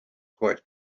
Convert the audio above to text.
quite